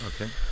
Okay